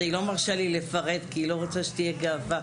והיא לא מרשה לי לפרט כי היא לא רוצה שתהיה גאווה.